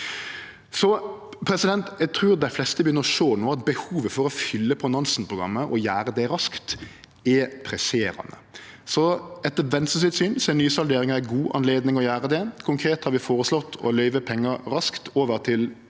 Eg trur dei fleste no begynner å sjå at behovet for å fylle på Nansen-programmet, og gjere det raskt, er presserande. Etter Venstres syn er nysalderinga ei god anledning til å gjere det. Konkret har vi føreslått å løyve pengar raskt over til